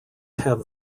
have